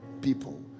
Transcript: people